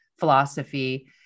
philosophy